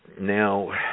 Now